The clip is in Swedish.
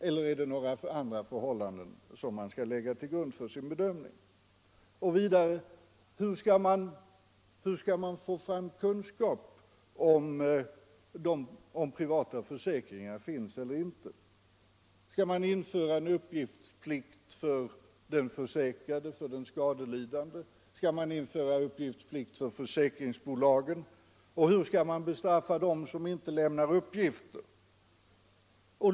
Eller är det några andra förhållanden som skall ligga till grund för bedömningen? Och hur skall man få fram kunskap om huruvida privata försäkringar finns eller inte? Skall man införa uppgiftsplikt för den försäkrade, den skadelidande? Skall man införa uppgiftsplikt för försäkringsbolagen? Och hur skall man bestraffa dem som inte lämnar uppgifter?